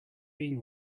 been